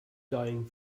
dying